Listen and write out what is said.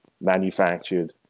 manufactured